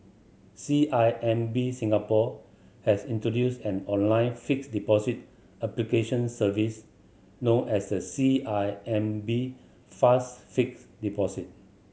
C I M B Singapore has introduced an online fixed deposit application service known as the C I M B Fast Fixed Deposit